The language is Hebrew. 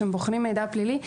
שהן בוחנות מידע פלילי,